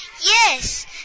Yes